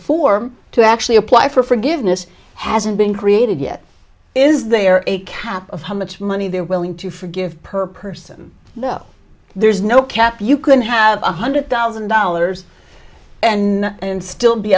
form to actually apply for forgiveness hasn't been created yet is there a cap of how much money they're willing to forgive per person though there's no cap you can have one hundred thousand dollars and still be